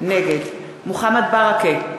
נגד מוחמד ברכה,